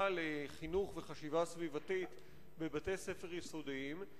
לחינוך ולחשיבה סביבתית בבתי-ספר יסודיים,